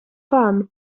farm